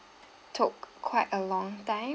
took quite a long time